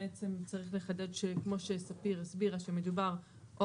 בעצם צריך לחדד שכמו שספיר הסבירה שמדובר או